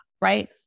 right